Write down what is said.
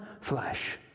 flesh